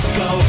go